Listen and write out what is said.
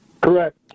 Correct